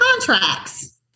contracts